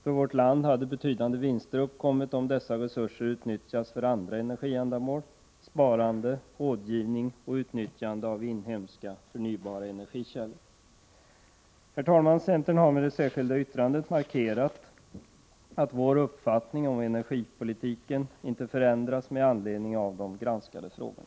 För vårt land hade betydande vinster uppkommit om dessa resurser utnyttjats för andra energiändamål: sparande, rådgivning och utnyttjande av inhemska förnybara energikällor. Herr talman! Centern har med det särskilda yttrandet markerat att vår uppfattning om energipolitiken inte förändrats med anledning av granskningen av dessa frågor.